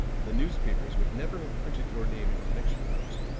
the newspapers would never have printed your name in connection with it,